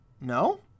No